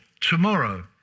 tomorrow